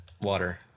water